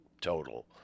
total